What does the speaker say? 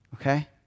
okay